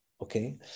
okay